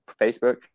facebook